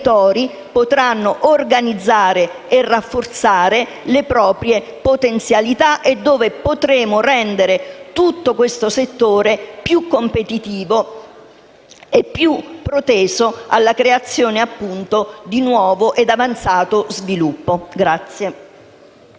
potranno organizzare e rafforzare le proprie potenzialità e potremo rendere l'intero settore più competitivo e proteso alla creazione di nuovo ed avanzato sviluppo.